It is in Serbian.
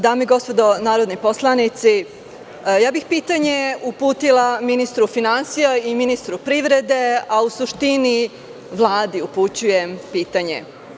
Dame i gospodo narodni poslanici, pitanje bih uputila ministru finansija i ministru privrede, a u suštini pitanje upućujem Vladi.